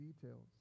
details